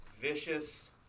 vicious